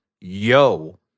yo